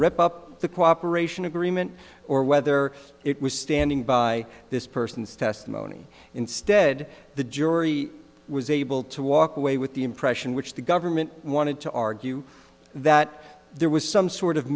rip up the cooperation agreement or whether it was standing by this person's testimony instead the jury was able to walk away with the impression which the government wanted to argue that there was some sort of